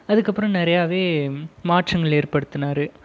அதுக்கப்புறோம் நிறையாவே மாற்றங்கள் ஏற்படுத்துனார்